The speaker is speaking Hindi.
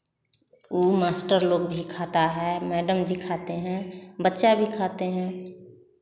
वह मास्टर लोगों भी खाता है मैडम जी खाते हैं बच्चे भी खाते हैं